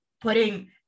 putting